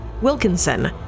Wilkinson